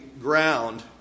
ground